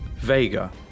Vega